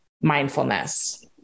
mindfulness